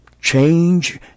change